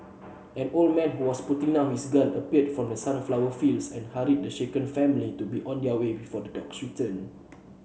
an old man who was putting down his gun appeared from the sunflower fields and hurried the shaken family to be on their way before the dogs return